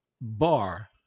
bar